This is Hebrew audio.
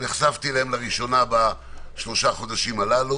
נחשפתי אליהם לראשונה בשלושת החודשים הללו